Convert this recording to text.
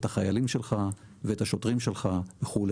את החיילים שלך ואת השוטרים שלך וכדומה.